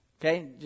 Okay